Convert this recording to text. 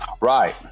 Right